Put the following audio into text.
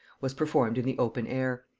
was performed in the open air.